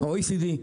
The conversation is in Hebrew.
ה-OECD,